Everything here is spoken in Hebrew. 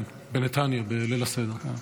כן, בנתניה, בליל הסדר.